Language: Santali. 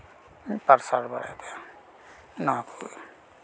ᱯᱟᱨᱥᱟᱞ ᱵᱟᱲᱟᱭ ᱛᱮ ᱱᱚᱣᱟ ᱜᱮ